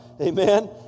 Amen